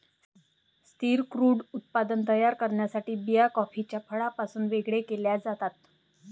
स्थिर क्रूड उत्पादन तयार करण्यासाठी बिया कॉफीच्या फळापासून वेगळे केल्या जातात